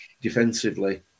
defensively